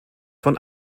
von